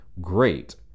great